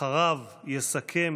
אחריו יסכם